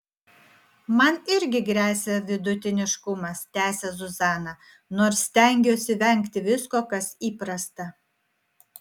man irgi gresia vidutiniškumas tęsia zuzana nors stengiuosi vengti visko kas įprasta